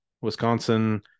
wisconsin